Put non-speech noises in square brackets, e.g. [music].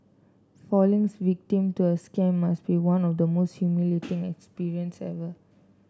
falling [unintelligible] victim to a scam must be one of the most humiliating experience ever